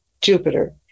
Jupiter